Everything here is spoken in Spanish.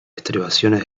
estribaciones